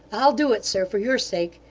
i'll do it, sir, for your sake.